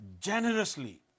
generously